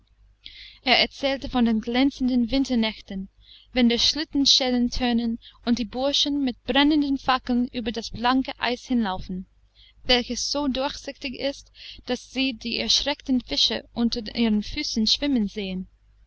er erzählte von den glänzenden winternächten wenn die schlittenschellen tönen und die burschen mit brennenden fackeln über das blanke eis hinlaufen welches so durchsichtig ist daß sie die erschreckten fische unter ihren füßen schwimmen sehen